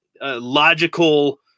logical